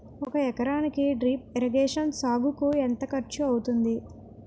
ఒక ఎకరానికి drip irrigation సాగుకు ఎంత ఖర్చు అవుతుంది?